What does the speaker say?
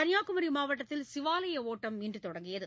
கன்னியாகுமரி மாவட்டத்தில் சிவாலய ஓட்டம் இன்று தொடங்கியது